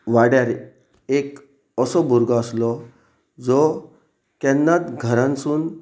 वाड्यार एक असो भुरगो आसलो जो केन्नाच घरानसून